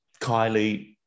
Kylie